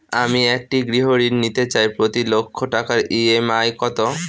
আমি একটি গৃহঋণ নিতে চাই প্রতি লক্ষ টাকার ই.এম.আই কত?